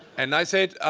and i said,